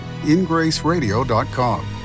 ingraceradio.com